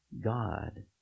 God